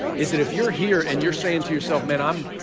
is that if you're here and you're saying to yourself, man, um